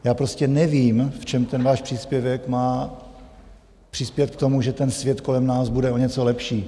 Já prostě nevím, v čem ten váš příspěvek má přispět k tomu, že ten svět kolem nás bude o něco lepší.